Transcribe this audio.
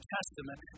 Testament